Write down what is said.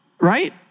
Right